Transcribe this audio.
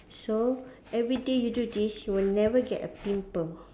so every day you do this you will never get a pimple